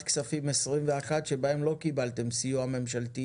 הכספים 2021 שבה לא קיבלתם סיוע ממשלתי